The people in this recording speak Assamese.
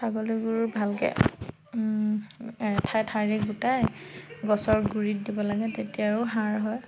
ছাগলীৰ গুও ভালকৈ ঠাই ঠাইৰে গোটাই গছৰ গুৰিত দিব লাগে তেতিয়া আৰু সাৰ হয়